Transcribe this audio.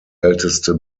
älteste